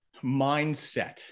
mindset